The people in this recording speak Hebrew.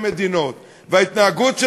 ורק נסבר את האוזן שדוד המלך חמד את